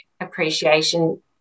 appreciation